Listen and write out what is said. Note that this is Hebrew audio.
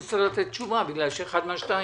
בגלל שאחת מהשתיים,